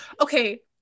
okay